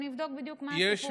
ואני אבדוק בדיוק מה הסיפור.